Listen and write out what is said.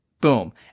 Boom